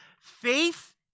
Faith